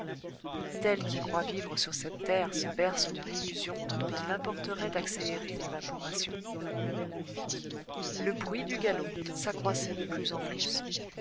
tel qui croit vivre sur cette terre se berce d'une illusion dont il importerait d'accélérer l'évaporation le bruit du galop s'accroissait de plus en plus